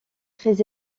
très